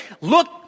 Look